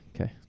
okay